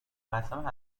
قسم